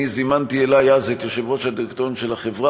אני זימנתי אלי אז את יושב-ראש הדירקטוריון של החברה